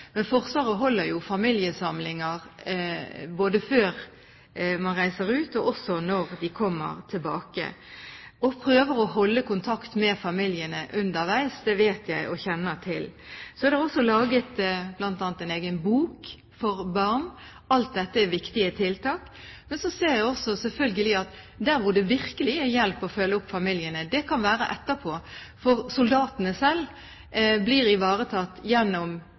Men Forsvaret holder familiesamlinger både før man reiser ut og også når de kommer tilbake, og prøver å holde kontakt med familiene underveis – det vet jeg. Så er det også laget bl.a. en egen bok for barn. Alt dette er viktige tiltak, men så ser jeg også selvfølgelig at der det virkelig hjelper å følge opp familiene, det kan være etterpå, for soldatene selv blir ivaretatt, eller de skal i hvert fall bli det, gjennom